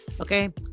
Okay